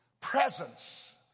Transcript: presence